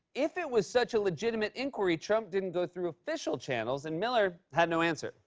if it was such a legitimate inquiry, trump didn't go through official channels, and miller had no answer.